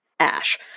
ash